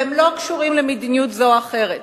והם לא קשורים למדיניות זו או אחרת.